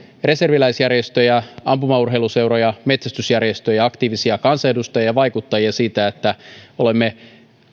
reserviläisjärjestöjä ampumaurheiluseuroja metsästysjärjestöjä aktiivisia kansanedustajia ja vaikuttajia siitä että olemme